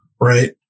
right